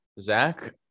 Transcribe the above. Zach